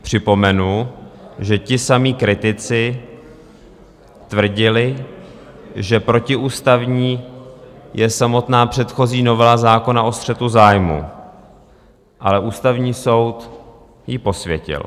Připomenu, že ti samí kritici tvrdili, že protiústavní je samotná předchozí novela zákona o střetu zájmů, ale Ústavní soud ji posvětil.